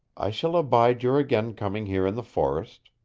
i shall abide your again coming here in the forest.